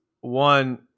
one